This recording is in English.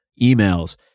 emails